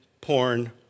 porn